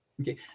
okay